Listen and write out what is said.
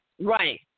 right